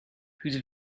whose